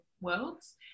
worlds